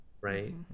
right